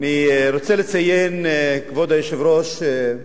אני רוצה לציין, כבוד היושב-ראש,